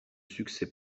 succès